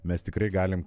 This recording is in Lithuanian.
mes tikrai galim